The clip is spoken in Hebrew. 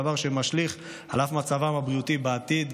דבר שמשליך אף על מצבם הבריאותי בעתיד,